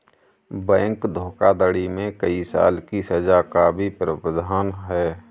bank धोखाधड़ी में कई साल की सज़ा का भी प्रावधान है